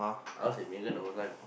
I was with Megan the whole time